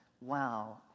Wow